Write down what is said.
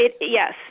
yes